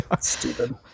stupid